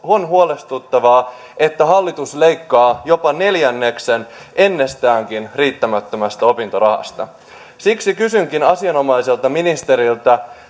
on huolestuttavaa että hallitus leikkaa jopa neljänneksen ennestäänkin riittämättömästä opintorahasta siksi kysynkin asianomaiselta ministeriltä